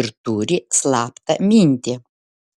ir turi slaptą mintį